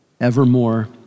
evermore